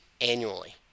annually